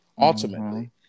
ultimately